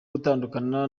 gutandukana